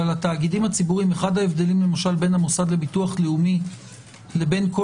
אבל התאגידים הציבוריים אחד ההבדלים בין המוסד לביטוח לאומי לבין כל